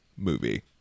Movie